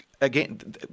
again